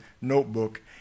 notebook